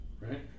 Right